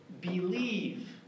believe